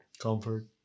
Comfort